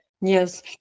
yes